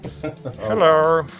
Hello